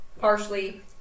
Partially